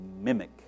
mimic